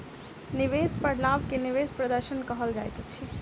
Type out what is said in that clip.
निवेश पर लाभ के निवेश प्रदर्शन कहल जाइत अछि